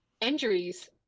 injuries